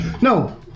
No